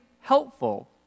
helpful